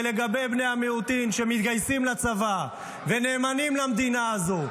ולגבי בני המיעוטים שמתגייסים לצבא ונאמנים למדינה הזו,